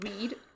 read